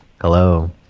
Hello